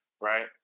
right